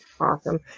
Awesome